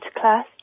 class